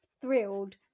thrilled